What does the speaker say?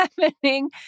happening